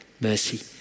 Mercy